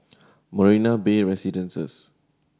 Marina Bay Residences